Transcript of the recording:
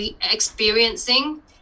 experiencing